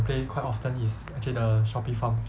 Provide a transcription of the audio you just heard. play quite often is actually the shopee farm